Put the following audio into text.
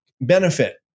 benefit